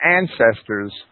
ancestors